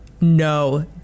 no